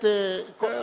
באמת, הבטחת וקיימת.